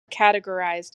categorized